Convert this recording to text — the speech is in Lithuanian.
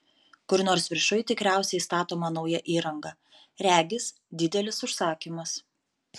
kur nors viršuj tikriausiai statoma nauja įranga regis didelis užsakymas